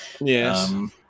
Yes